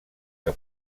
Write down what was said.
que